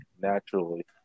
naturally